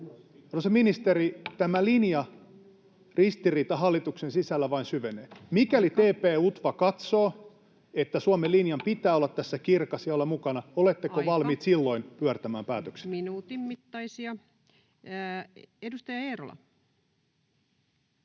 ministeri, tämä linjaristiriita hallituksen sisällä vain syvenee. Mikäli TP-UTVA katsoo, että Suomen linjan pitää olla tässä kirkas ja pitää olla mukana, [Puhemies: Aika!] oletteko valmis silloin pyörtämään päätöksenne? [Speech 35] Speaker: